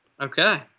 Okay